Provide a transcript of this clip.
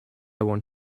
want